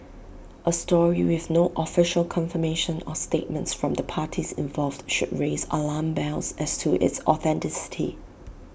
A story with no official confirmation or statements from the parties involved should raise alarm bells as to its authenticity